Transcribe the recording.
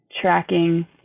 tracking